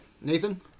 Nathan